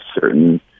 certain